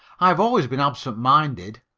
i have always been absent minded,